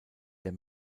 der